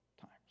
times